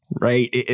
right